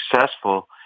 successful